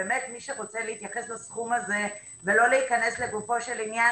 באמת מי שרוצה להתייחס לסכום הזה ולא להיכנס לגופו של עניין,